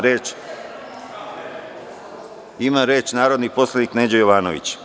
Reč ima narodni poslanik Neđo Jovanović.